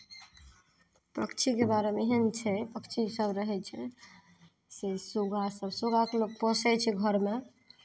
पक्षीके बारेमे एहन छै पक्षीसभ रहै छै से सुग्गा सुग्गा तऽ लोक पोसै छै घरमे